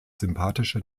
sympathische